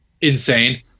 insane